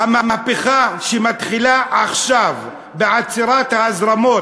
המהפכה שמתחילה עכשיו בעצירת ההזרמות